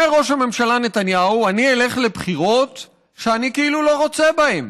אומר ראש הממשלה נתניהו: אני אלך לבחירות שאני כאילו לא רוצה בהן.